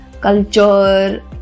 culture